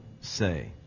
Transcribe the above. say